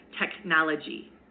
Technology